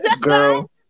Girl